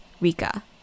Rika